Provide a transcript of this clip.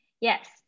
Yes